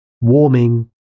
warming